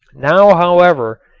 now, however,